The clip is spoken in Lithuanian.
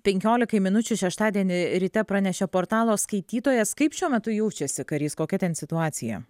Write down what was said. penkiolikai minučių šeštadienį ryte pranešė portalo skaitytojas kaip šiuo metu jaučiasi karys kokia ten situacija